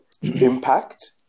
impact